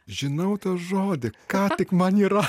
žinau tą žodį ką tik man yra